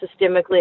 systemically